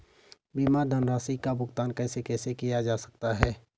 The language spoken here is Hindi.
बीमा धनराशि का भुगतान कैसे कैसे किया जा सकता है?